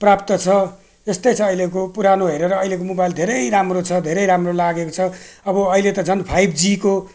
प्राप्त छ यस्तै छ अहिलेको पुरानो हेरेर अहिलेको मोबाइल धेरै राम्रो छ धेरै राम्रो लागेको छ अब अहिले त झन् फाइभ जीको